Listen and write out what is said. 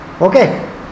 Okay